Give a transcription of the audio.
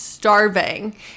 Starving